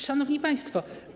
Szanowni Państwo!